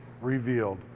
revealed